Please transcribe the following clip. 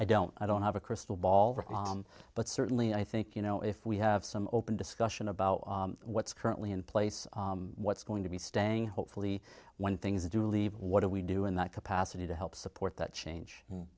i don't i don't have a crystal ball but certainly i think you know if we have some open discussion about what's currently in place what's going to be staying hopefully when things do leave what do we do in that capacity to help support that change